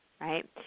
Right